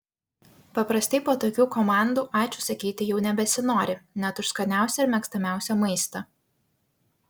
paprastai po tokių komandų ačiū sakyti jau nebesinori net už skaniausią ir mėgstamiausią maistą